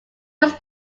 was